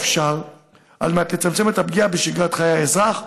לצמצם ככל האפשר את הפגיעה בשגרת חיי האזרח,